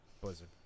Blizzard